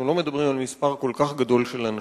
אנחנו לא מדברים על מספר כל כך גדול של אנשים,